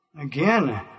Again